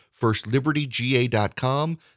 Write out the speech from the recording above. Firstlibertyga.com